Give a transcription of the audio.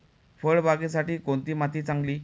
फळबागेसाठी कोणती माती चांगली?